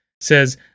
says